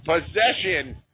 possession